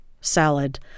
salad